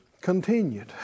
continued